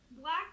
Black